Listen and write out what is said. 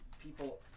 people